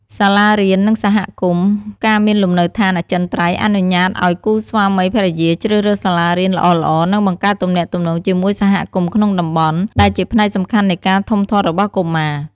សាលារៀន និងសហគមន៍ ការមានលំនៅឋានអចិន្ត្រៃយ៍អនុញ្ញាតឲ្យគូស្វាមីភរិយាជ្រើសរើសសាលារៀនល្អៗ និងបង្កើតទំនាក់ទំនងជាមួយសហគមន៍ក្នុងតំបន់ ដែលជាផ្នែកសំខាន់នៃការធំធាត់របស់កុមារ។